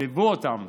ליוו אותם.